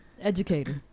educator